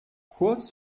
kurz